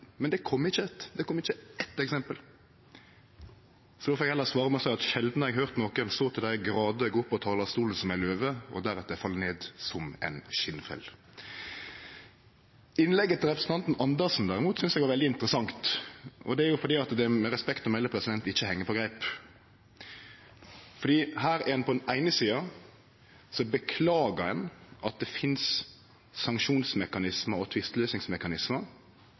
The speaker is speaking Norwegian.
men det kom ikkje eitt – det kom ikkje eitt eksempel. Så får eg heller svare med å seie at sjeldan har eg høyrt nokon så til dei gradar gå opp på talarstolen som ei løve og deretter falle ned som ein skinnfell. Innlegget til representanten Andersen, derimot, synest eg var veldig interessant, og det er fordi det med respekt å melde ikkje heng på greip. For på den eine sida beklagar ein at det finst sanksjonsmekanismar og